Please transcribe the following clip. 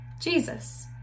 Jesus